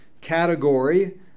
category